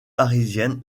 parisienne